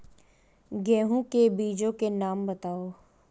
गेहूँ के बीजों के नाम बताओ?